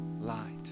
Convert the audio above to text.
light